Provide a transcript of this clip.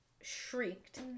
shrieked